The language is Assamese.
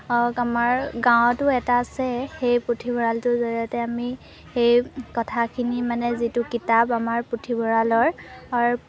হওক আমাৰ গাঁৱতো এটা আছে সেই পুথিভঁৰালটোৰ জৰিয়তে আমি সেই কথাখিনি মানে যিটো কিতাপ আমাৰ পুথিভঁৰালৰ অৰ